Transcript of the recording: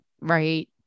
Right